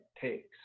takes